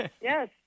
Yes